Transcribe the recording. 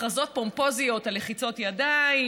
הכרזות פומפוזיות על לחיצות ידיים,